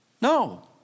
No